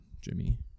Jimmy